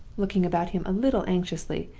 looking about him a little anxiously,